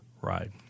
ride